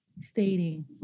Stating